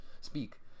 speak